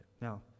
Now